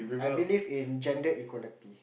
I believe in gender equality